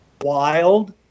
wild